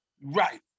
Right